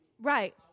Right